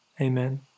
Amen